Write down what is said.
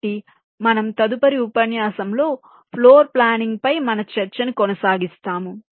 కాబట్టి మనము తదుపరి ఉపన్యాసంలో ఫ్లోర్ ప్లానింగ్ పై మన చర్చను కొనసాగిస్తాము